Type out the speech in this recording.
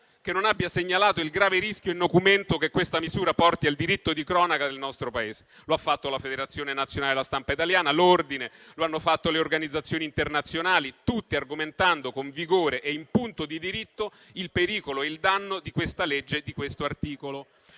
che non abbia segnalato il grave rischio e nocumento che questa misura porta al diritto di cronaca nel nostro Paese. Lo hanno fatto la Federazione nazionale della stampa italiana, l'ordine dei giornalisti e le organizzazioni internazionali, tutti argomentando con vigore e in punto di diritto il pericolo e il danno di questa legge e di questo articolo.